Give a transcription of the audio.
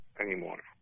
anymore